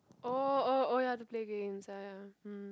oh oh oh ya to play games ya ya um